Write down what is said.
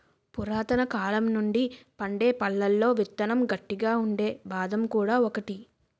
పురాతనకాలం నుండి పండే పళ్లలో విత్తనం గట్టిగా ఉండే బాదం కూడా ఒకటి